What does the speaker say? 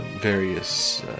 various